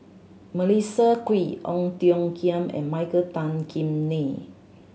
Melissa Kwee Ong Tiong Khiam and Michael Tan Kim Nei